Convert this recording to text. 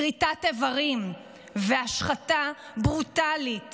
כריתת איברים והשחתה ברוטלית